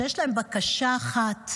"זה הרגע שבו עליכם